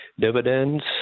dividends